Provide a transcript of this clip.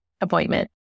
appointment